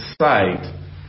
sight